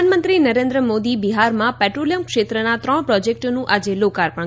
પ્રધાનમંત્રી નરેન્દ્ર મોદી બિહારમાં પેટ્રોલીયમ ક્ષેત્રના ત્રણ પ્રોજેકટોનું આજે લોકાર્પણ